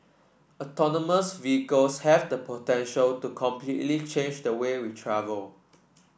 autonomous vehicles have the potential to completely change the way we travel